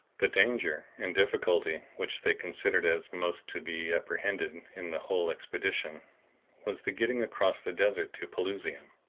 the danger and difficulty which they considered as most to be apprehended in the whole expedition was the getting across the desert to pelusium.